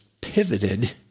pivoted